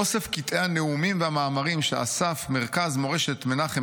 אוסף כתבי הנאומים והמאמרים שאסף מרכז מורשת מנחם